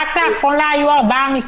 רק לאחרונה היו ארבעה מקרים.